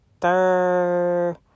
third